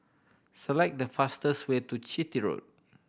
select the fastest way to Chitty Road